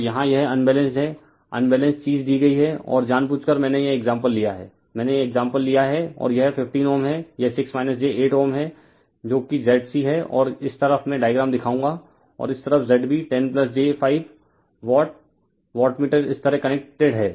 तो यहां यह अनबैलेंस्ड है अनबैलेंस्ड चीज दी गई है और जानबूझकर मैंने यह एक्साम्पल लिया है मैंने यह एक्साम्पल लिया है और यह 15 Ω है यह 6 j 8 Ω है जो कि Zc है और इस तरफ मैं डायग्राम दिखाऊंगा और इस तरफ Z b 10 j 5 watt wattmeter इस तरह कनेक्टेड है